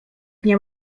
nie